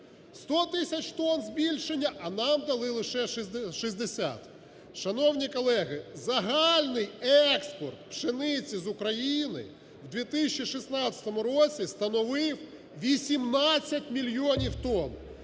100 тисяч тонн збільшення, а нам дали лише 60". Шановні колеги, загальний експорт пшениці з України в 2016 році становив 18 мільйонів тонн.